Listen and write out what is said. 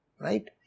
right